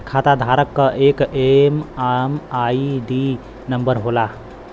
खाताधारक क एक एम.एम.आई.डी नंबर होला